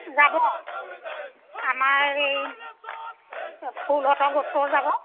যাব আমাৰ এই ফুলহঁতৰ গোটটোও যাব